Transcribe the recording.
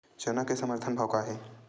चना के समर्थन भाव का हे?